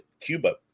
Cuba